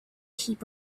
heap